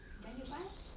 then you buy lor